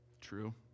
True